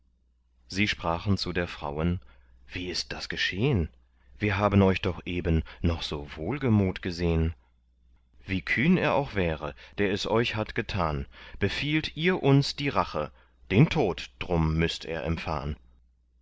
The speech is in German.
sie sprachen zu der frauen wie ist das geschehn wir haben euch doch eben noch wohlgemut gesehn wie kühn er auch wäre der es euch hat getan befehlt ihr uns die rache den tod drum müßt er empfahn